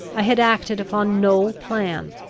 i had acted upon no plan.